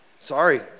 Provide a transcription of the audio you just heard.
Sorry